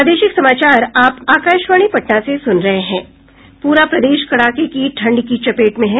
प्ररा प्रदेश कड़ाके की ठंड की चपेट में हैं